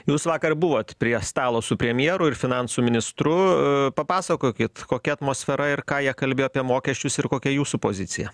jūs vakar buvot prie stalo su premjeru ir finansų ministru papasakokit kokia atmosfera ir ką jie kalbėjo apie mokesčius ir kokia jūsų pozicija